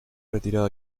retirado